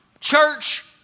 church